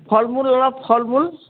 ফলমূল অলপ ফলমূল